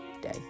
day